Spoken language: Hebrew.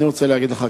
אני רוצה לומר לך,